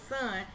son